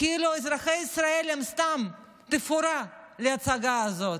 כאילו אזרחי ישראל הם סתם תפאורה להצגה הזאת.